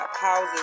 houses